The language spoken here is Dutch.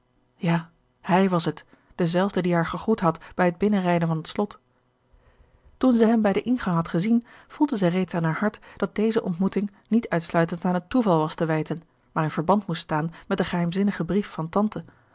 ja hij was het dezelfde die haar gegroet had bij het binnenrijden van het slot toen zij hem bij den ingang had gezien voelde zij reeds aan haar hart dat deze ontmoeting niet uitsluitend aan het toeval was te wijten maar in verband moest staan met den geheimzinnigen brief van tante